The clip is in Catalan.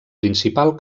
principal